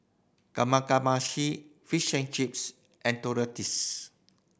Kamameshi Fish and Chips and